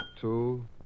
two